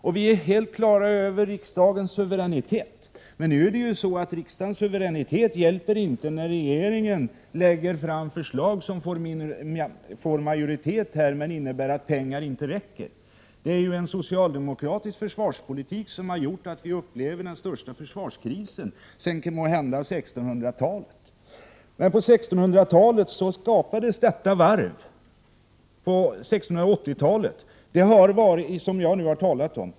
Och vi är helt på det klara med riksdagens suveränitet. Men nu är det ju så att riksdagens suveränitet inte hjälper när regeringen lägger fram förslag som får stöd av riksdagens majoritet, men som innebär att | pengarna inte räcker. Det är en socialdemokratisk försvarspolitik som gör att vi upplever den största försvarskrisen sedan måhända 1600-talet. På 1680 talet skapades det varv som jag nu har talat om.